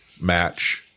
match